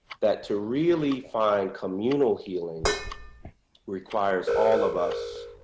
that to really find communal healing requires all of us,